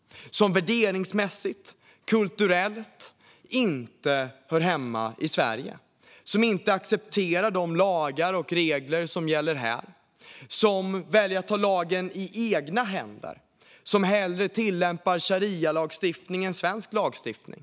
Som värderingsmässigt och kulturellt inte hör hemma i Sverige. Som inte accepterar de lagar och regler som gäller här. Som väljer att ta lagen i egna händer. Som tillämpar sharialagstiftning hellre än svensk lagstiftning.